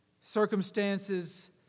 circumstances